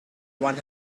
one